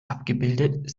abgebildet